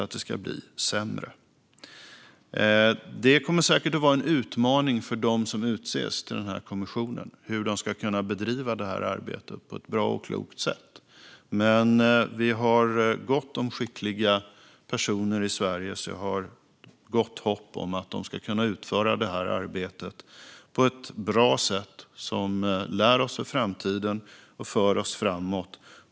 Hur arbetet ska bedrivas på ett bra och klokt sätt kommer säkert att vara en utmaning för dem som utses till kommissionen. Men vi har gott om skickliga personer i Sverige, så jag har gott hopp om att de ska kunna utföra arbetet på ett bra sätt som lär oss för framtiden och som för oss framåt.